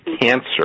cancer